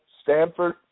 Stanford